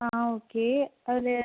ஆ okay அதில